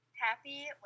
Happy